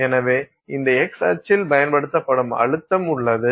எனவே இந்த x அச்சில் பயன்படுத்தப்படும் அழுத்தம் உள்ளது